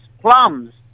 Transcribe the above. plums